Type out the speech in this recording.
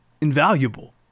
invaluable